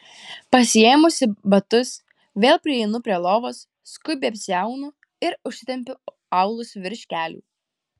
pasiėmusi batus vėl prieinu prie lovos skubiai apsiaunu ir užsitempiu aulus virš kelių